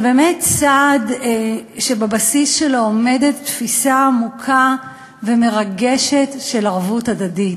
זה באמת צעד שבבסיס שלו עומדת תפיסה עמוקה ומרגשת של ערבות הדדית.